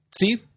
See